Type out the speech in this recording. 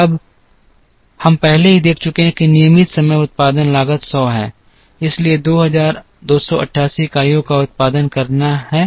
अब हम पहले ही देख चुके हैं कि नियमित समय उत्पादन लागत 100 है इसलिए 2288 इकाइयों का उत्पादन करना है